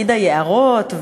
פקיד היערות,